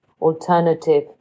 alternative